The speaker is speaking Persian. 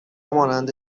مانند